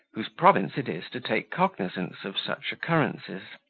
whose province it is to take cognizance of such occurrences.